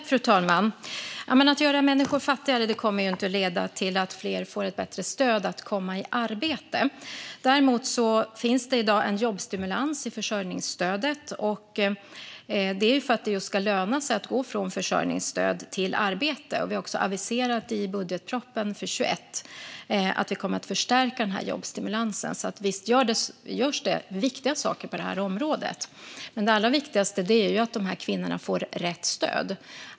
Fru talman! Att göra människor fattigare kommer inte att leda till att fler får ett bättre stöd att komma i arbete. Däremot finns det i dag en jobbstimulans i försörjningsstödet - just för att det ska löna sig att gå från försörjningsstöd till arbete. Regeringen har också aviserat i budgetpropositionen för 2021 att vi kommer att förstärka denna jobbstimulans. Så visst görs det viktiga saker på området. Men det allra viktigaste är att de här kvinnorna får rätt stöd.